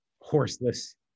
horseless